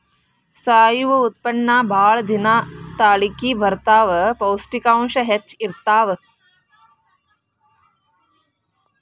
ಸಾವಯುವ ಉತ್ಪನ್ನಾ ಬಾಳ ದಿನಾ ತಾಳಕಿ ಬರತಾವ, ಪೌಷ್ಟಿಕಾಂಶ ಹೆಚ್ಚ ಇರತಾವ